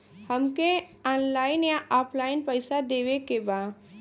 हमके ऑनलाइन या ऑफलाइन पैसा देवे के बा?